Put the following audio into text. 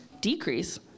decrease